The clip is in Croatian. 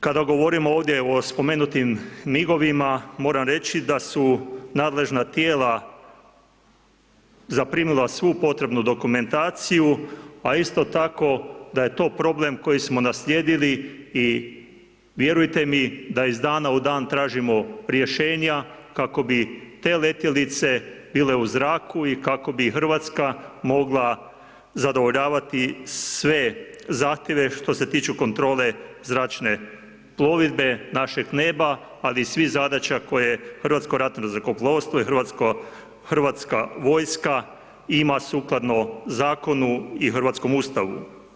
Kada govorimo ovdje o spomenutim MIG-ovima moram reći da su nadležna tijela zaprimila svu potrebnu dokumentaciju a isto tako da je to problem koji smo naslijedili i vjerujte mi da iz dana u dan tražimo rješenja kako bi te letjelice bile u zraku i kako bi Hrvatska mogla zadovoljavati sve zahtjeve što se tiču kontrole zračne plovidbe, našeg neba ali i svih zadaća koje Hrvatsko ratno zrakoplovstvo i Hrvatska vojska ima sukladno zakonu i hrvatskom Ustavu.